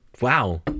wow